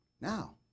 Now